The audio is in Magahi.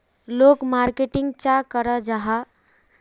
लोग मार्केटिंग चाँ करो जाहा?